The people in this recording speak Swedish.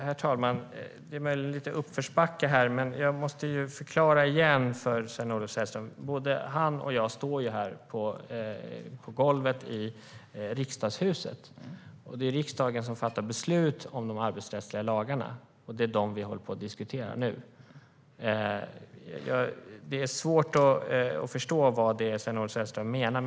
Herr talman! Det är möjligen lite uppförsbacke här. Jag måste igen förklara för Sven-Olof Sällström. Både han och jag står här på golvet i Riksdagshuset. Det är riksdagen som fattar beslut om de arbetsrättsliga lagarna, och det är dem som vi nu håller på och diskuterar. Det är svårt att förstå vad Sven-Olof Sällström menar.